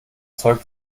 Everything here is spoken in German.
zeug